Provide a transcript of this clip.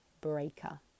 Breaker